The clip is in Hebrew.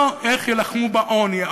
היא לא איך יילחמו בעוני.